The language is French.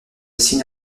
signe